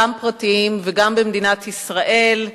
גם פרטיים וגם במדינת ישראל,